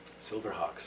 silverhawks